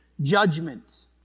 judgment